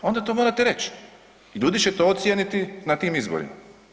Onda to morate reć i ljudi će to ocijeniti na tim izborima.